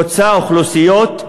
חוצה אוכלוסיות,